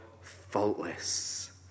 faultless